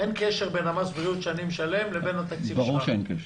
אין קשר בין מס הבריאות שאני משלם לבין התקציב שלך.